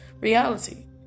reality